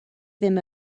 ddim